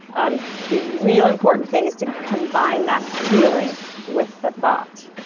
um the real important thing is to combine that feeling with the thought,